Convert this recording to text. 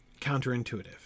counterintuitive